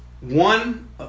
One